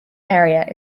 area